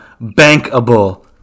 Bankable